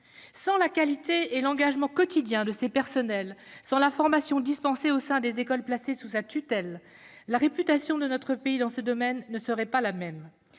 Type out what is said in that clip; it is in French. Sans la qualité et l'engagement quotidien de ses personnels, sans la formation dispensée au sein des écoles placées sous sa tutelle, la réputation de notre pays dans ce domaine ne serait pas la même.